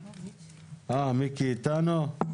מיקי איתנו?